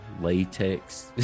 latex